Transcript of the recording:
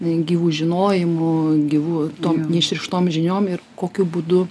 gyvu žinojimu gyvu tom neišreikštom žiniom ir kokiu būdu